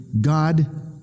God